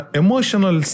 emotional